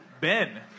Ben